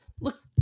Look